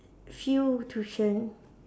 few tuition